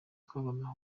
twagombaga